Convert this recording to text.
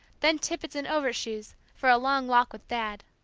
then tippets and overshoes, for a long walk with dad.